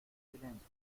silencio